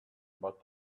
but